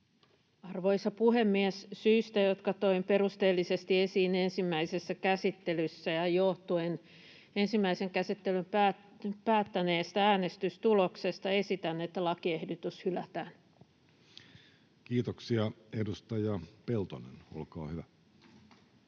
Arvoisa puhemies! Syistä, jotka toin perusteellisesti esiin ensimmäisessä käsittelyssä, ja ensimmäisen käsittelyn päättäneestä äänestystuloksesta johtuen esitän, että lakiehdotus hylätään. [Speech 208] Speaker: